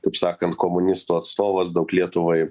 taip sakant komunistų atstovas daug lietuvai